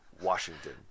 Washington